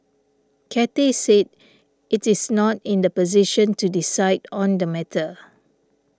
Cathay said it is not in the position to decide on the matter